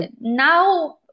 Now